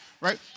Right